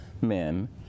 men